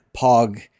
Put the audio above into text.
pog